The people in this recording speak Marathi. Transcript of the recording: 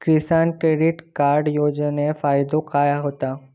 किसान क्रेडिट कार्ड योजनेचो फायदो काय होता?